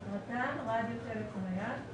"רט"ן" רדיו טלפון נייד.